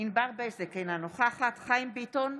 ענבר בזק, אינה נוכחת חיים ביטון,